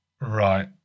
Right